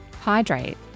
Hydrate